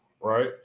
right